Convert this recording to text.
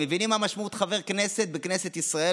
אתם מבינים מה המשמעות של חבר כנסת בכנסת ישראל,